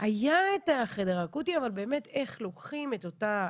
החדר הזה, כמו שציינתי,